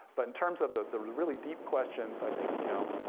but in terms of the really deep questions, i think, you know,